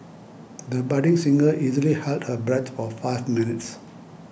the budding singer easily held her breath for five minutes